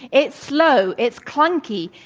it's slow. it's clunky.